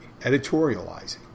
editorializing